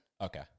Okay